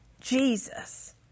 Jesus